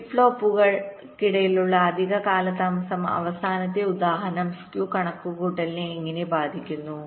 flip ഫ്ലോപ്പുകൾക്കിടയിലുള്ള അധിക കാലതാമസം അവസാനത്തെ ഉദാഹരണം സ്കൂ കണക്കുകൂട്ടലിനെഎങ്ങനെ ബാധിക്കുന്നു